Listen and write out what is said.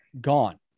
gone